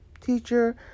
teacher